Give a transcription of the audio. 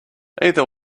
either